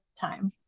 time